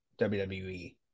WWE